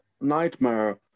nightmare